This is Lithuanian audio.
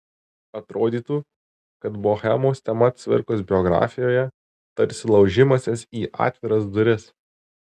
atrodytų kad bohemos tema cvirkos biografijoje tarsi laužimasis į atviras duris